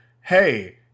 Hey